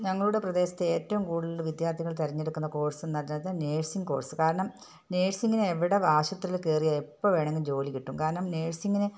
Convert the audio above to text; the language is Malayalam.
ഞങ്ങളുടെ പ്രദേശത്ത് ഏറ്റവും കൂടുതൽ വിദ്യാർത്ഥികൾ തെഞ്ഞെടുക്കുന്ന കോഴ്സ് എന്ന് പറഞ്ഞാൽ നേഴ്സിംഗ് കോഴ്സ് കാരണം നേഴ്സിങ്ങിന് എവിടെ ആശുപത്രിയിൽ കയറിയാൽ എപ്പം വേണമെങ്കിലും ജോലി കിട്ടും കാരണം നേഴ്സിങ്ങിന്